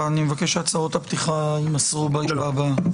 אני מבקש שהצהרות הפתיחה יימסרו בישיבה הבאה.